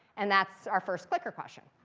and that's our first clicker question.